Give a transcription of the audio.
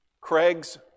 Craig's